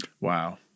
Wow